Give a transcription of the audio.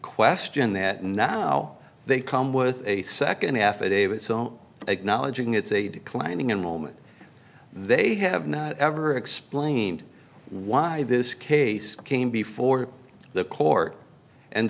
question that now they come with a second affidavit so they knowledge and it's a declining enrollment they have not ever explained why this case came before the court and